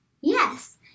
Yes